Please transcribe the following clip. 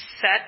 set